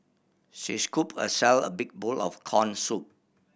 she scooped herself a big bowl of corn soup